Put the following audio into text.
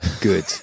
good